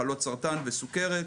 מחלות סרטן וסוכרת.